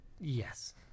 Yes